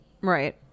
Right